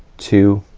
two